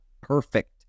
Perfect